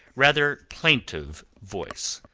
rather plaintive voice.